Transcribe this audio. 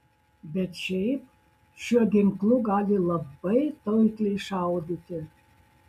bet šiaip šiuo ginklu gali labai taikliai šaudyti